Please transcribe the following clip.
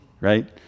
right